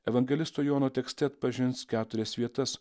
evangelisto jono tekste atpažins keturias vietas